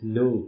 no